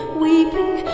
weeping